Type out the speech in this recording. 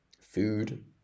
food